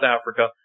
Africa